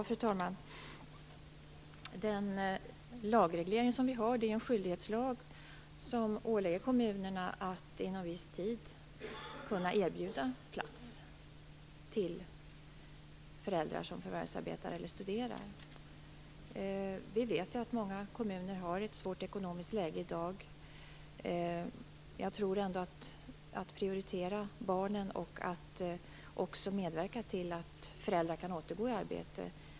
Fru talman! Den lagreglering som vi har är en skyldighetslag som ålägger kommunerna att inom en viss tid erbjuda plats till föräldrar som förvärvsarbetar eller studerar. Vi vet ju att många kommuner har ett svårt ekonomiskt läge i dag. Jag tror ändå att det är mycket viktigt prioritera barnen och att medverka till att föräldrar kan återgå i arbete.